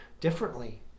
differently